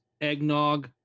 eggnog